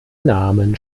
namen